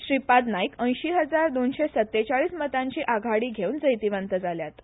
श्रीपाद नायक ऐशी हजार दोनशे सत्तेचाळीस मताची आघाडी घेवन जैतिवंत जाल्यात